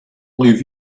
leave